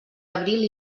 abril